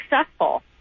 successful